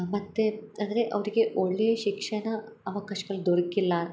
ಮತ್ತು ಅಂದರೆ ಅವರಿಗೆ ಒಳ್ಳೆಯ ಶಿಕ್ಷಣ ಅವಕಾಶಗಳು ದೊರಕಿಲ್ಲ